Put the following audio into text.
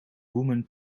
woman